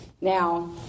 Now